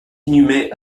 inhumé